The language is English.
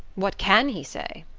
what can he say?